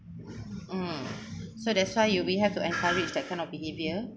mm so that's why you we have to encourage that kind of behavior